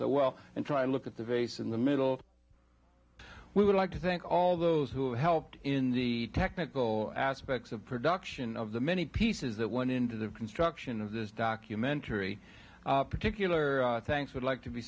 so well and try to look at the base in the middle we would like to thank all those who helped in the technical aspects of production of the many pieces that went into the construction of this documentary particular thanks would like to be